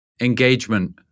Engagement